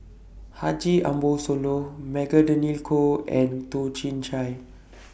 Haji Ambo Sooloh Magdalene Khoo and Toh Chin Chye